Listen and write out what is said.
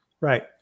Right